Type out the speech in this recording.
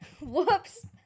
Whoops